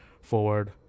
forward